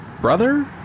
brother